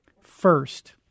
first